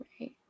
Right